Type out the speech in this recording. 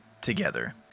together